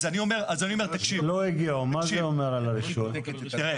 מהיום הראשון הייתה כאן כוונה